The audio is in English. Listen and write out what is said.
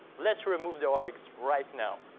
let's remove the oryx right now.